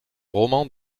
roman